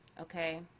Okay